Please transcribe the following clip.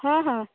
हाँ हाँ